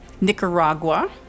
Nicaragua